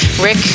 Rick